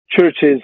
Churches